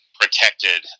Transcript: protected